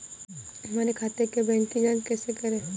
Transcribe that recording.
हमारे खाते के बैंक की जाँच कैसे करें?